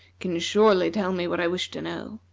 can surely tell me what i wish to know.